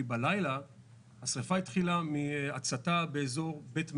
כי השריפה התחילה מהצתה באזור בית מאיר.